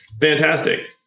fantastic